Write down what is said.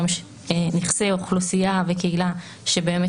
היום יש נכסי אוכלוסייה וקהילה שבאמת